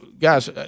guys –